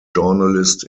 journalist